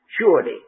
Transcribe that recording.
surely